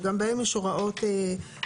שגם בהם יש הוראות לעניין,